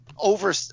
over